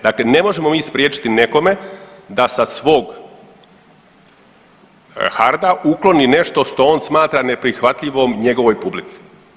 Dakle, ne možemo mi spriječiti nekome da sa svog harda ukloni nešto što on smatra neprihvatljivom njegovoj publici.